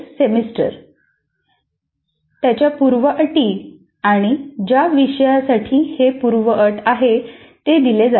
सत्र त्याच्या पूर्व अटी आणि ज्या विषयसाठी हे पूर्व अट आहे ते दिले जाते